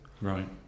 Right